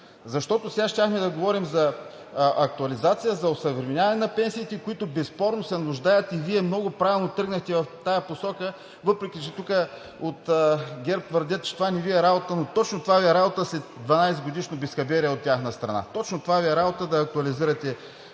Защото сега щяхме да говорим за актуализация, за осъвременяване на пенсиите, които безспорно се нуждаят, и Вие много правилно тръгнахте в тази посока, въпреки че тук от ГЕРБ твърдят, че това не Ви е работа, но точно това Ви е работа, след 12-годишно безхаберие от тяхна страна, точно това Ви е работа – да актуализирате